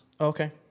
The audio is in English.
Okay